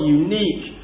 unique